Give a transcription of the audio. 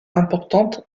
importante